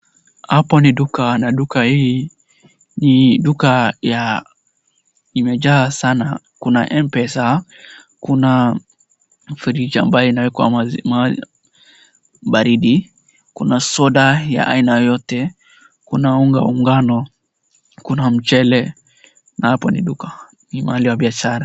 Hapo ni duka na duka hii ni duka imejaa sana, kuna M-pesa, kuna fridge ambayo inawekwa baridi, kuna soda ya aina yote, kuna unga wa ngano, kuna mchele na hapo ni duka ni mahali ya biashara.